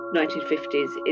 1950s